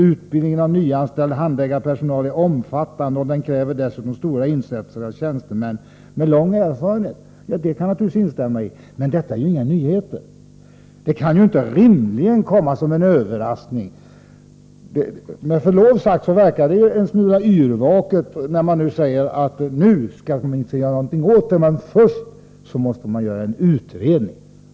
Utbildningen av nyanställd handläggarpersonal är omfattande, och den kräver dessutom stora insatser av tjänstemän med lång erfarenhet.” Ja, det kan man naturligtvis instämma i — det är inga nyheter. Det kan rimligen inte komma som någon överraskning. Med förlov sagt verkar det dock en smula yrvaket när man säger att man nu skall göra någonting åt detta, men först måste man göra en utredning.